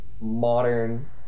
modern